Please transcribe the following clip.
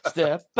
Step